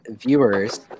viewers